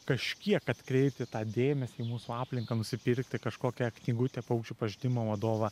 kažkiek atkreipti dėmesį į mūsų aplinką nusipirkti kažkokią knygutę paukščių pažinimo vadovą